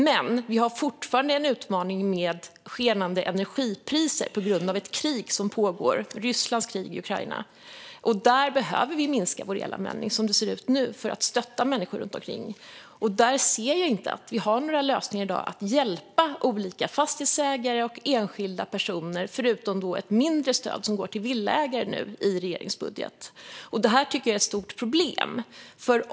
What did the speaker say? Men vi har fortfarande en utmaning med skenande energipriser på grund av ett krig som pågår, Rysslands krig i Ukraina. Därför behöver vi minska vår elanvändning, som det ser ut nu, för att stötta människor där. Jag ser inte att det finns några lösningar i regeringens budget i dag för att hjälpa fastighetsägare och enskilda personer, förutom ett mindre stöd som går till villaägare. Det tycker jag är ett stort problem.